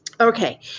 Okay